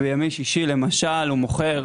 בימי שישי למשל הוא מוכר